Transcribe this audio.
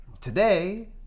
Today